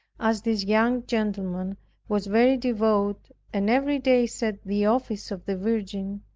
as this young gentleman was very devout, and every day said the office of the virgin,